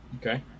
Okay